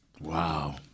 Wow